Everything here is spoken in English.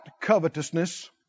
covetousness